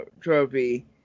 trophy